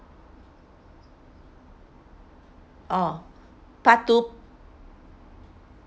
oh part two